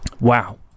Wow